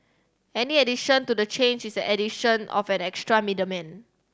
any addition to the chain is an addition of an extra middleman